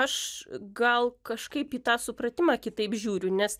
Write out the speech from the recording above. aš gal kažkaip į tą supratimą kitaip žiūriu nes